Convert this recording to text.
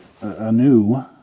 anew